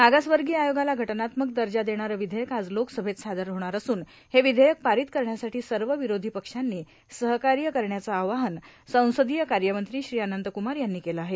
मागासवर्गीय आयोगाला घटनात्मक दर्जा देणारं विधेयक आज लोकसभेत सादर होणार असून हे विधेयक पारित करण्यासाठी सर्व विरोधी पक्षांनी सहकार्य करण्याचं आवाहन संसदीय कार्यमंत्री श्री अनंत कुमार यांनी केलं आहे